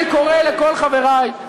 אני קורא לכל חברי,